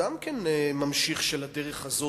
גם כן ממשיך של הדרך הזאת,